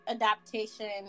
adaptation